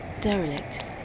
Derelict